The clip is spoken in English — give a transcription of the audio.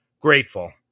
grateful